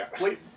Wait